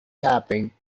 capping